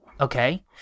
okay